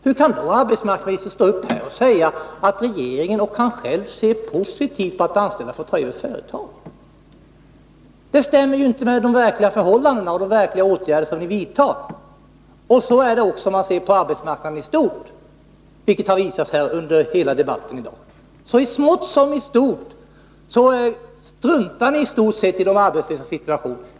Hur kan arbetsmarknadsministern då säga att han och regeringen ser positivt på att de anställda får ta över företagen? Det stämmer inte med de verkliga förhållandena! Så är det också på arbetsmarknaden istort, vilket debatten i dag har visat. I smått som i stort praktiskt taget struntar ni i de arbetslösas situation.